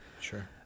Sure